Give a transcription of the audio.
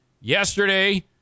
Yesterday